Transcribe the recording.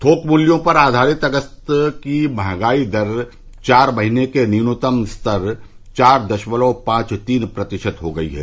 थोक मूल्यों पर आधारित अगस्त की महंगाई दर चार महीने के न्यूनतम स्तर चार दशमलव पांच तीन प्रतिशत हो गई है